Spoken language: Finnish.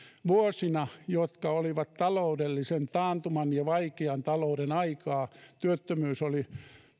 vuosina jotka olivat taloudellisen taantuman ja vaikean talouden aikaa